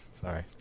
Sorry